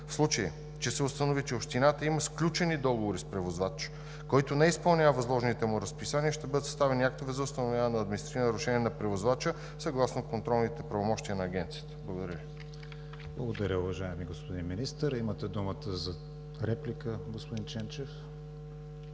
В случай че се установи, че общината има сключени договори с превозвач, който не изпълнява възложените му разписания, ще бъдат съставени актове за установяване на административни нарушения на превозвача съгласно контролните правомощия на Агенцията. Благодаря Ви. ПРЕДСЕДАТЕЛ КРИСТИАН ВИГЕНИН: Благодаря, уважаеми господин Министър. Имате думата за реплика, господин Ченчев.